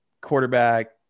Quarterback